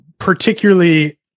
particularly